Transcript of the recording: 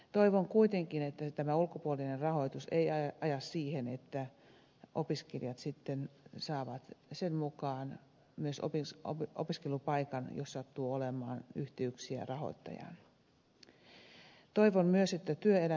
toivon kuitenkin että tämä ulkopuolinen rahoitus ei aja siihen että opiskelijat sitten saavat sen mukaan myös opiskelupaikan jos sattuu olemaan yhteyksiä rahoittajaan